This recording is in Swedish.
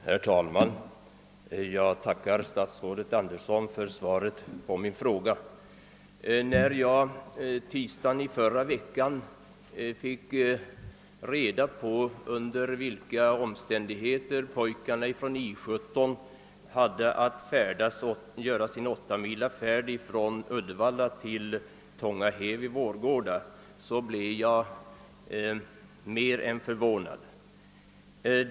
Herr talman! Jag tackar statsrådet Andersson för svaret på min fråga. När jag i tisdags i förra veckan fick reda på under vilka omständigheter pojkarna från I 17 hade att göra sin åttamilafärd från Uddevalla till Tångahed vid Vårgårda blev jag mer än förvånad.